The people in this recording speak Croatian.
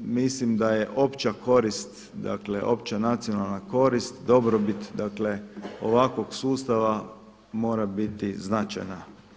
mislim da je opća korist, dakle opća nacionalna korist dobrobit dakle ovakvog sustava mora biti značajna.